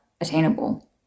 attainable